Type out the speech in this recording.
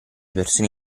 persone